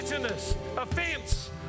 offense